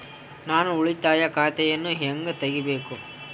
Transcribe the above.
ನಾನು ಉಳಿತಾಯ ಖಾತೆಯನ್ನು ಹೆಂಗ್ ತಗಿಬೇಕು?